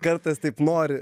kartais taip nori